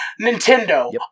Nintendo